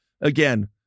Again